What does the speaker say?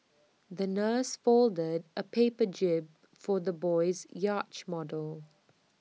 the nurse folded A paper jib for the little boy's yacht model